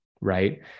right